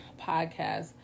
podcast